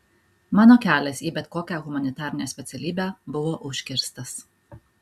mano kelias į bet kokią humanitarinę specialybę buvo užkirstas